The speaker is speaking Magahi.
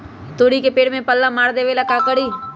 तोड़ी के पेड़ में पल्ला मार देबे ले का करी?